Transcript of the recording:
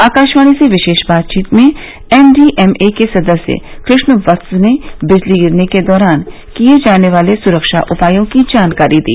आकाशवाणी से विशेष बातचीत में एनडीएमए के सदस्य कृष्ण वत्स ने बिजली गिरने के दौरान किए जाने वाले सुरक्षा उपायों की जानकारी दी